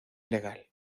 legal